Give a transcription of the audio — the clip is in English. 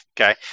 Okay